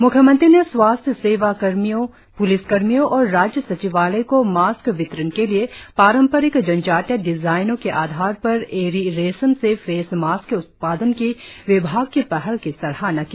म्ख्यमंत्री ने स्वास्थ्य सेवा कर्मियों प्लिस कर्मियों और राज्य सचिवालय को वितरण के लिए पारंपरिक जनजातीय डिजाइनों के आधार पर एरी रेशम से फेस मास्क के उत्पादन की विभाग कि पहल की सराहना की